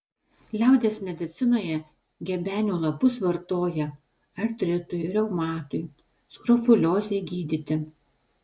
liaudies medicinoje gebenių lapus vartoja artritui reumatui skrofuliozei gydyti